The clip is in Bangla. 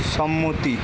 সম্মতি